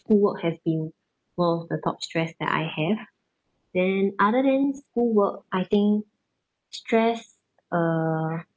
school work has been one of the top stress that I have then other than school work I think stress uh